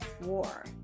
war